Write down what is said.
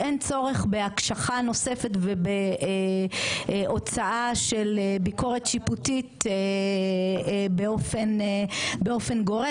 אין צורך בהקשחה נוספת ובהוצאה של ביקורת שיפוטית באופן גורף.